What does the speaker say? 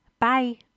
Bye